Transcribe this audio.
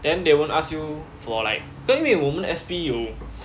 then they won't ask you for like then 因为我们的 S_P 有